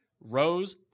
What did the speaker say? Rose